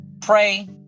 pray